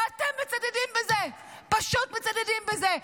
ואתם מצדדים בזה, פשוט מצדדים בזה.